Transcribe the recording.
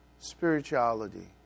spirituality